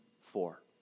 four